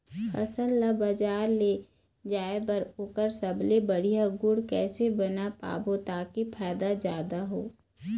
फसल ला बजार ले जाए बार ओकर सबले बढ़िया गुण कैसे बना पाबो ताकि फायदा जादा हो?